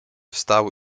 wstał